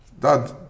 Dad